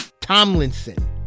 Tomlinson